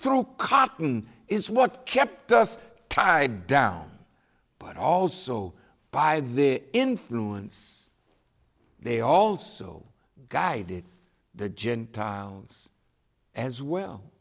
through cotton is what kept us tied down but also by the influence they also guided the gentiles as well